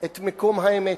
את מקום האמת".